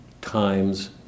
time's